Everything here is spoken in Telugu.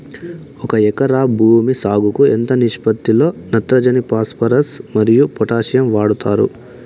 ఒక ఎకరా భూమి సాగుకు ఎంత నిష్పత్తి లో నత్రజని ఫాస్పరస్ మరియు పొటాషియం వాడుతారు